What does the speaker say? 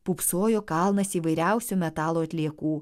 pūpsojo kalnas įvairiausių metalo atliekų